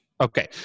Okay